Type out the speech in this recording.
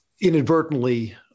inadvertently